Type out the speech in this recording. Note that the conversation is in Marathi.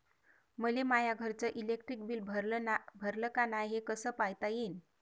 मले माया घरचं इलेक्ट्रिक बिल भरलं का नाय, हे कस पायता येईन?